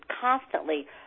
constantly